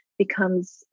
becomes